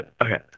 Okay